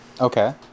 Okay